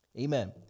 Amen